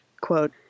quote